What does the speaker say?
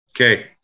Okay